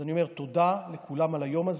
אז אני אומר תודה לכולם על היום הזה.